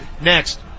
Next